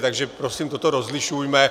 Takže prosím, toto rozlišujme.